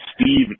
Steve